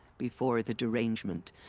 before the derangement.